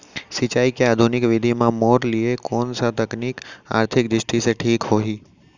सिंचाई के आधुनिक विधि म मोर लिए कोन स तकनीक आर्थिक दृष्टि से ठीक होही?